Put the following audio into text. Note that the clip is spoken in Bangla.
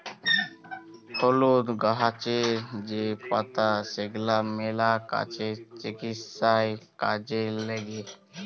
হলুদ গাহাচের যে পাতা সেগলা ম্যালা কাজে, চিকিৎসায় কাজে ল্যাগে